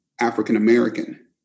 African-American